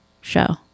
show